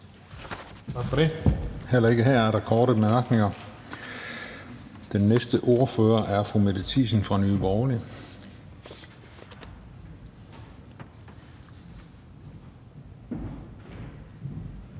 Tak for det. Heller ikke her er der korte bemærkninger. Og den næste ordfører er fru Mette Thiesen fra Nye Borgerlige.